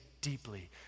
deeply